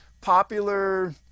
popular